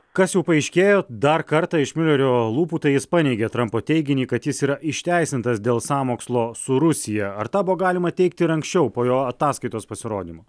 kas jau paaiškėjo dar kartą iš miulerio lūpų tai jis paneigė trampo teiginį kad jis yra išteisintas dėl sąmokslo su rusija ar tą buvo galima teigti ir anksčiau po jo ataskaitos pasirodymo